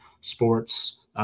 sports